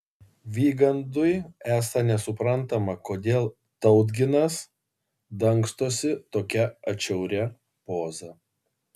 vygandui esą nesuprantama kodėl tautginas dangstosi tokia atšiauria poza